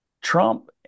Trump